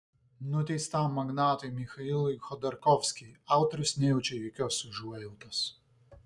nuteistam magnatui michailui chodorkovskiui autorius nejaučia jokios užuojautos